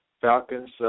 Falcons